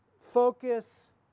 focus